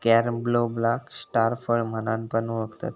कॅरम्बोलाक स्टार फळ म्हणान पण ओळखतत